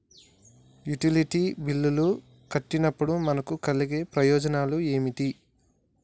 Utility బిల్లులు కట్టినప్పుడు మనకు కలిగే ప్రయోజనాలు ఏమిటి?